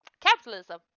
Capitalism